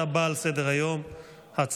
18 בעד, אין מתנגדים ואין נמנעים.